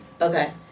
Okay